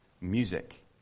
music